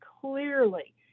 clearly